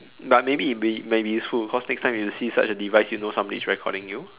but maybe it'll be may be useful cause next time you see such a device you know somebody is recording you